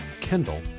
Kendall